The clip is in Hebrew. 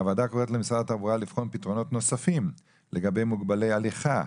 הוועדה קוראת למשרד התחבורה לבחון פתרונות נוספים לגבי מוגבלי הליכה,